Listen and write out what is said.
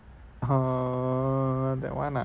err that [one] ah